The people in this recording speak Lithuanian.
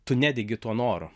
tu nedegi tuo noru